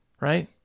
right